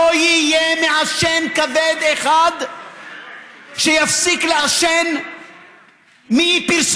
לא יהיה מעשן כבד אחד שיפסיק לעשן מפרסום,